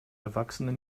erwachsene